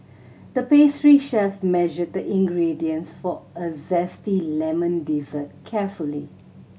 the pastry chef measured the ingredients for a zesty lemon dessert carefully